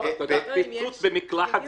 עבד אל חכים חאג'